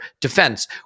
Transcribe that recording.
defense